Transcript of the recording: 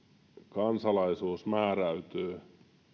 kansalaisuus määräytyy